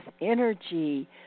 energy